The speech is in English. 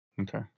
Okay